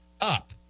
up